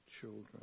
children